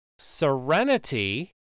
Serenity